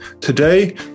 Today